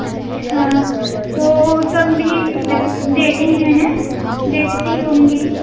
अच्छा तो वो सब भी देती हैं न बेचती होंगी